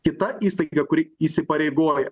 kita įstaiga kuri įsipareigoja